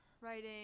writing